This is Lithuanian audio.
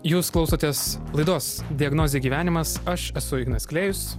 jūs klausotės laidos diagnozė gyvenimas aš esu ignas klėjus